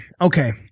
Okay